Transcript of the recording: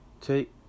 take